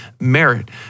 merit